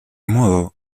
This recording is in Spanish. modo